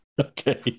Okay